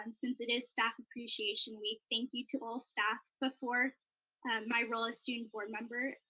and since it is staff appreciation week, thank you to all staff. before my role as student board member,